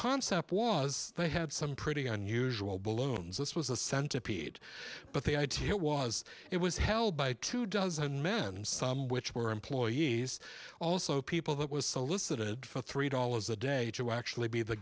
concept was they had some pretty unusual balloons this was a centipede but the idea was it was held by two dozen men and some which were employees also people that was solicited for three dollars a day to actually be the